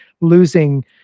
losing